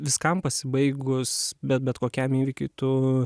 viskam pasibaigus bet bet kokiam įvykiui tu